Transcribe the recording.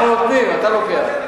אנחנו נותנים, אתה לוקח.